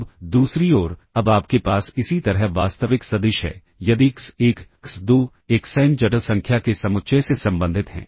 अब दूसरी ओर अब आपके पास इसी तरह वास्तविक सदिश है यदि x1 x2 xn जटिल संख्या के समुच्चय से संबंधित हैं